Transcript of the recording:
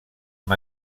amb